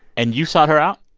and you sought her out?